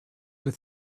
were